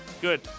Good